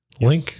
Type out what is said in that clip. Link